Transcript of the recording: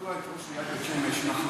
מדוע את ראש עיריית בית-שמש מכריחים,